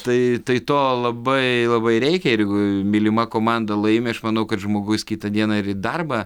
tai tai to labai labai reikia ir jeigu mylima komanda laimi aš manau kad žmogus kitą dieną ir į darbą